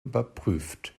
überprüft